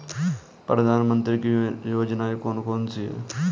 प्रधानमंत्री की योजनाएं कौन कौन सी हैं?